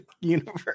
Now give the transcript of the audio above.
universe